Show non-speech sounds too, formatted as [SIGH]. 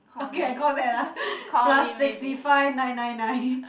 okay I'll call that lah [LAUGHS] plus sixty five nine nine nine